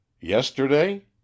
Yesterday